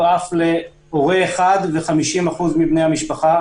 להורה אחד ופחות מ-50% מבני המשפחה,